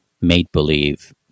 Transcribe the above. made-believe